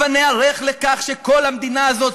הבה ניערך לכך שכל המדינה הזאת,